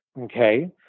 Okay